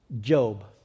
Job